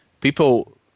people